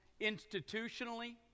institutionally